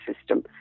system